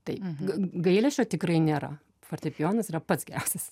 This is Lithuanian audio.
tai gailesčio tikrai nėra fortepijonas yra pats geriausias